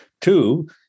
Two